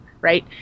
right